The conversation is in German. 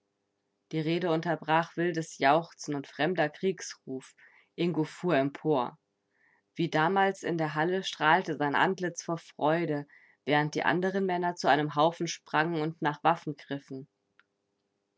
die rede unterbrach wildes jauchzen und fremder kriegsruf ingo fuhr empor wie damals in der halle strahlte sein antlitz vor freude während die anderen männer zu einem haufen sprangen und nach waffen griffen